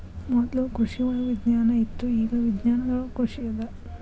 ಮೊದ್ಲು ಕೃಷಿವಳಗ ವಿಜ್ಞಾನ ಇತ್ತು ಇಗಾ ವಿಜ್ಞಾನದೊಳಗ ಕೃಷಿ ಅದ